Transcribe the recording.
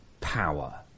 power